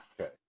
Okay